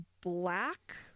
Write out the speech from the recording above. black